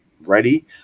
ready